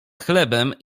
chlebem